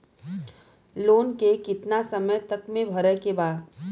Loan के कितना समय तक मे भरे के बा?